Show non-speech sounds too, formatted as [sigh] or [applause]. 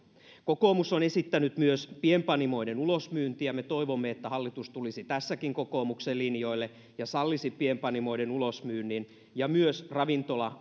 kokoomus on esittänyt myös pienpanimoiden ulosmyyntiä me toivomme että hallitus tulisi tässäkin kokoomuksen linjoille ja sallisi pienpanimoiden ulosmyynnin ja toivomme myös ravintola [unintelligible]